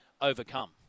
overcome